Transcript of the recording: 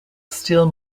still